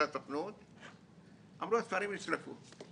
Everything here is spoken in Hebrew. אמרו שהספרים נשרפו.